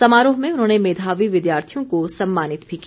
समारोह में उन्होंने मेधावी विद्यार्थियों को सम्मानित भी किया